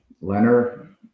Leonard